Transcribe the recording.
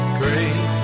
great